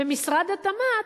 במשרד התמ"ת,